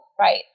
right